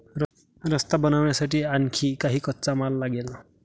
रस्ता बनवण्यासाठी आणखी काही कच्चा माल लागेल